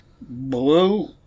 Blue